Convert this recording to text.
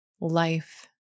life